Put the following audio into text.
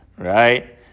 Right